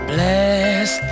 Bless